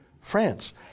France